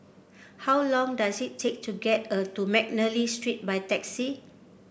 how long does it take to get a to McNally Street by taxi